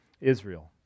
Israel